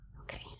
okay